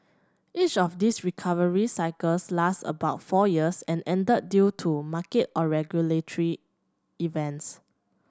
each of these recovery cycles lasted about four years and ended due to market or regulatory events